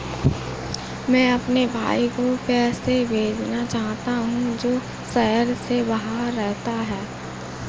मैं अपने भाई को पैसे भेजना चाहता हूँ जो शहर से बाहर रहता है